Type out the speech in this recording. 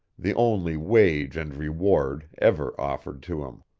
the only wage and reward, ever offered to him.